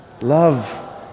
Love